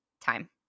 time